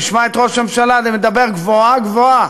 נשמע את ראש הממשלה מדבר גבוהה-גבוהה: